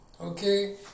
okay